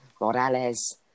Morales